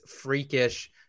freakish